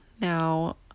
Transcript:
now